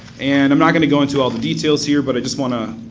and i'm not going to go into all the details here, but i just want to